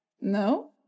No